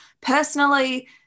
personally